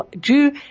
Jew